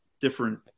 different